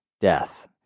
death